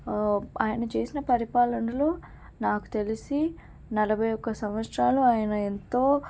ఆయన చేసిన పరిపాలనలో నాకు తెలిసి నలభై ఒక్క సంవత్సరాలు ఆయన ఎంతో